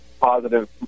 positive